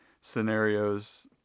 scenarios